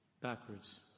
backwards